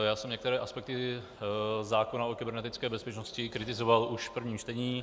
Já jsem některé aspekty zákona o kybernetické bezpečnosti kritizoval už v prvním čtení.